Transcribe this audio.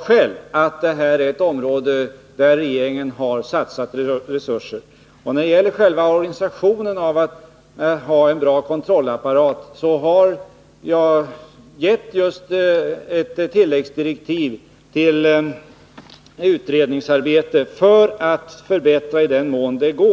själv sade, att det här är ett område där regeringen har satsat resurser. När det gäller själva organisationen av kontrollapparaten har jag just givit mervärdeskatteutredningen tilläggsdirektiv för att i den mån det går förbättra kontrollapparaten.